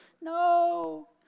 No